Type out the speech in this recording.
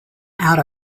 out